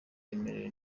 amerewe